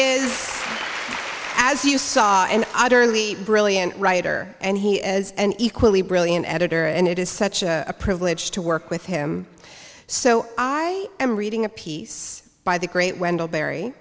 is as you saw an utterly brilliant writer and he is an equally brilliant editor and it is such a privilege to work with him so i am reading a piece by the great wendell berry